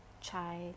chai